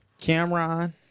Cameron